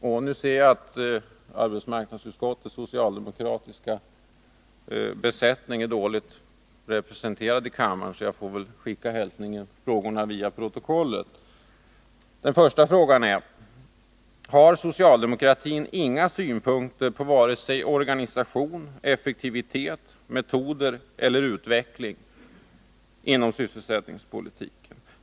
Jag ser att arbetsmarknadsutskottets socialdemokratiska besättning just nu är dåligt representerad i kammaren, så jag får väl skicka frågorna via protokollet. Den första frågan lyder: Har socialdemokratin inga synpunkter på vare sig organisation, effektivitet, metoder eller utveckling inom sysselsättningspolitiken?